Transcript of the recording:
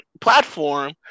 platform